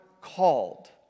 called